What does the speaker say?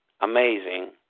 amazing